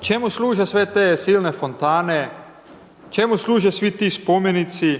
Čemu služe sve te silne fontane, čemu služe svi ti spomenici?